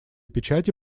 печати